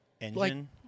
engine